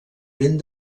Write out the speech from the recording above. ben